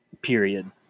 Period